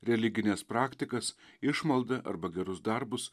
religines praktikas išmaldą arba gerus darbus